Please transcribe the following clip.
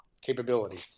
capability